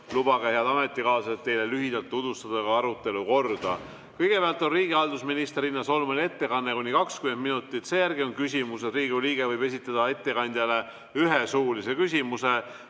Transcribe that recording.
Lubage, head ametikaaslased, teile lühidalt tutvustada ka arutelu korda. Kõigepealt on riigihalduse ministri Riina Solmani ettekanne kuni 20 minutit. Seejärel on küsimused, iga Riigikogu liige võib esitada ettekandjale ühe suulise küsimuse,